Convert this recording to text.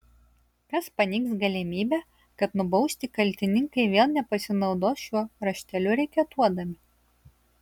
kas paneigs galimybę kad nubausti kaltininkai vėl nepasinaudos šiuo rašteliu reketuodami